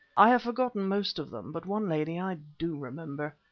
i have forgotten most of them, but one lady i do remember.